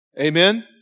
Amen